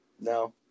No